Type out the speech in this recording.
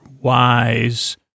Wise